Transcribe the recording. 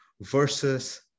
versus